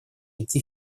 идти